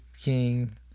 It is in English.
king